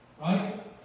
Right